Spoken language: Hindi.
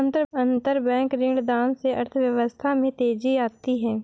अंतरबैंक ऋणदान से अर्थव्यवस्था में तेजी आती है